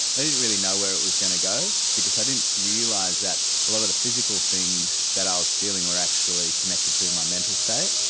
i didn't really know where it was going to go because i didn't realise that a lot of the physical things that i was feeling were actually connected to my mental state.